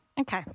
Okay